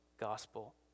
gospel